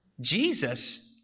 Jesus